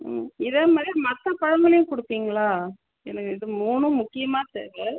ம் இதே மாதிரியே மற்ற பழங்களையும் கொடுப்பீங்களா எனக்கு இது மூணும் முக்கியமாக தேவை